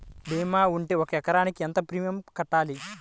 భీమా ఉంటే ఒక ఎకరాకు ఎంత ప్రీమియం కట్టాలి?